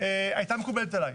הייתה מקובלת עליי.